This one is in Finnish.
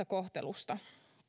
kohtelusta